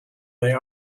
they